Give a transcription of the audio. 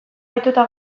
ohituta